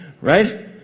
Right